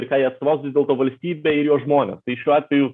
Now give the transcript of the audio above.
ir ką jie atstovaus vis dėlto valstybę ir jos žmones tai šiuo atveju